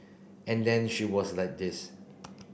and then she was like this